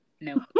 no